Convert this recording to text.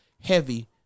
heavy